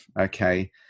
okay